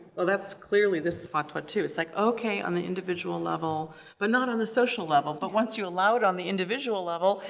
well that's clearly this fatwa, too. it's like okay on the individual level but not on a social level. but once you allow it on the individual level,